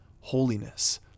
holiness